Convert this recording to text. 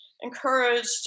encouraged